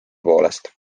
poolest